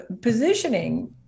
positioning